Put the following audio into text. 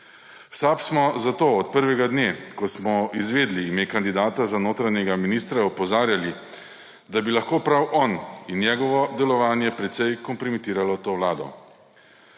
V SAB smo zato od prvega dne, ko smo izvedeli ime kandidata za notranjega ministra, opozarjali, da bi lahko prav on in njegovo delovanje precej kompromitiralo to vlado.